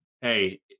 hey